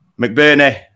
McBurney